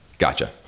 Gotcha